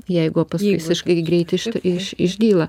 jeigu o paskui visiškai greitai iš išdyla